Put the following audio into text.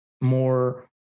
more